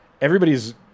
Everybody's